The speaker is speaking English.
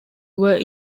were